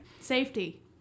safety